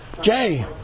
Jay